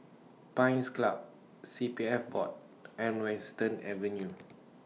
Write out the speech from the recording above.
Pines Club C P F Board and Western Avenue